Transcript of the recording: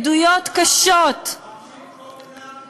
מתנגד לחוק הזה.